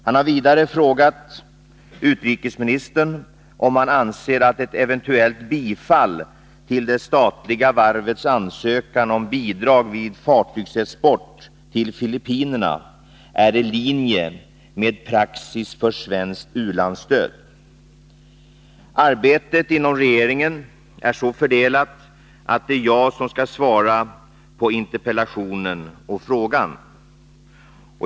Han har vidare frågat utrikesministern om han anser att ett eventuellt bifall till det statliga varvets ansökan om bidrag vid fartygsexport till Filippinerna är i linje med praxis för svenskt u-landsstöd. Arbetet inom regeringen är så fördelat att det är jag som skall svara på interpellationen och frågan.